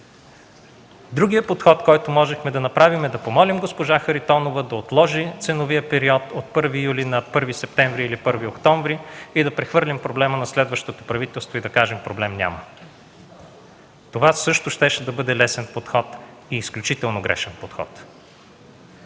Другият подход, който можехме да приемем, е да помолим госпожа Харитонова да отложи ценовия период от 1 юли на 1 септември или 1 октомври и да прехвърлим проблема на следващото правителство – да кажем „проблем няма”. Това също щеше да бъде лесен и изключително грешен подход.